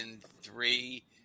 three